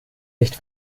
nicht